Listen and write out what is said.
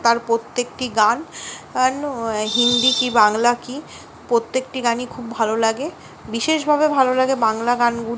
তার প্রত্যেকটি গান হিন্দি কী বাংলা কী প্রত্যেকটি গানই খুব ভালো লাগে বিশেষভাবে ভালো লাগে বাংলা গানগুলি